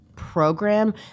Program